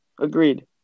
Agreed